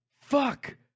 fuck